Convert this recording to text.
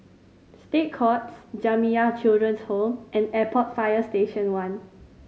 State Courts Jamiyah Children's Home and Airport Fire Station One